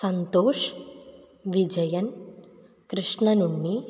सन्तोषः विजयन् कृष्णनुण्णि